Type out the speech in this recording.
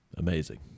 amazing